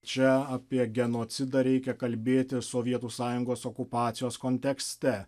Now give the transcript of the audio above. čia apie genocidą reikia kalbėti sovietų sąjungos okupacijos kontekste